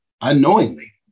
unknowingly